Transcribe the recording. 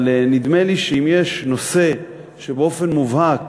אבל נדמה לי שאם יש נושא שבאופן מובהק